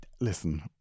Listen